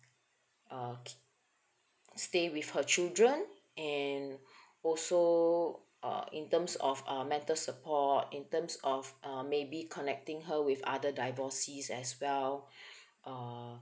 uh stay with her children and also uh in terms of uh mental support in terms of maybe connecting her with other divorcee as well uh